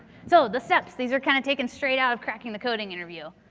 so, the steps. these are kind of taken straight out of cracking the coding interview.